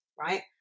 Right